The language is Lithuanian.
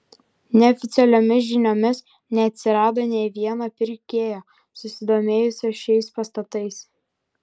neoficialiomis žiniomis neatsirado nė vieno pirkėjo susidomėjusio šiais pastatais